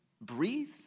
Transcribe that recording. breathe